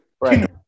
Right